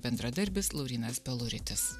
bendradarbis laurynas peluritis